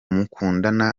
mukundana